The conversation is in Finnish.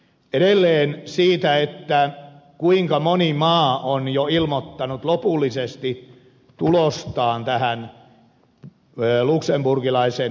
edelleen siitä kuinka moni maa on jo ilmoittanut lopullisesti tulostaan tähän luxemburgilaiseen erityisrahoitusyhtiöön